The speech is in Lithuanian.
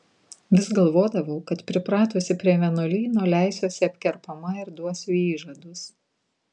vis galvodavau kad pripratusi prie vienuolyno leisiuosi apkerpama ir duosiu įžadus